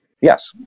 Yes